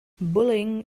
bullying